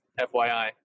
fyi